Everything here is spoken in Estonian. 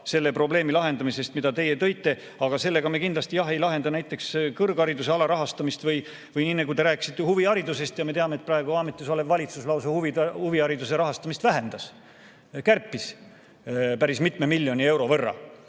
selle probleemi lahendamisest, mida teie [välja] tõite. Aga sellega me kindlasti ei lahenda näiteks kõrghariduse alarahastamist. Või nii, nagu te rääkisite huviharidusest – me teame, et praegu ametis olev valitsus huvihariduse rahastamist lausa vähendas, kärpis päris mitme miljoni euro võrra,